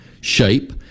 shape